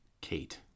Kate